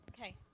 Okay